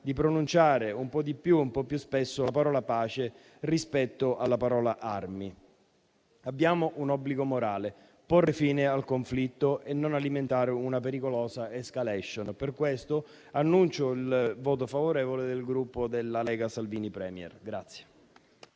di pronunciare un po' di più e un po' più spesso la parola "pace" rispetto alla parola "armi". Abbiamo un obbligo morale: porre fine al conflitto e non alimentare una pericolosa *escalation*. Per questo annuncio il voto favorevole del mio Gruppo sul provvedimento in esame.